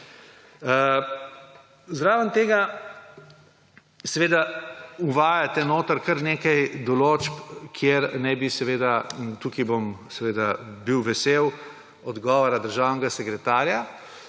Zraven tega seveda uvajate noti kaj nekaj določb, kjer naj bi seveda, tukaj bom seveda bil vesel odgovora državnega sekretarja,